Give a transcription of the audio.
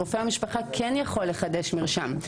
רופא המשפחה יכול לחדש מרשם,